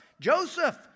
Joseph